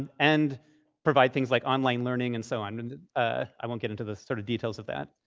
and and provide things like online learning, and so on. and ah i won't get into the sort of details of that.